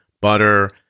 butter